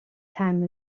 time